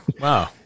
Wow